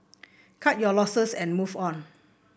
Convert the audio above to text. cut your losses and move on